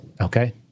Okay